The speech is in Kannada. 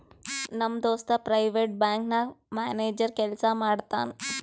ನಮ್ ದೋಸ್ತ ಪ್ರೈವೇಟ್ ಬ್ಯಾಂಕ್ ನಾಗ್ ಮ್ಯಾನೇಜರ್ ಕೆಲ್ಸಾ ಮಾಡ್ತಾನ್